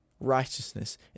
righteousness